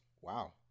Wow